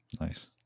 Nice